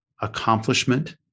accomplishment